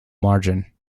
margin